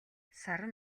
саран